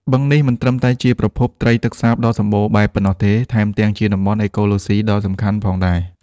បឹងនេះមិនត្រឹមតែជាប្រភពត្រីទឹកសាបដ៏សម្បូរបែបប៉ុណ្ណោះទេ ថែមទាំងជាតំបន់អេកូឡូស៊ីដ៏សំខាន់ផងដែរ។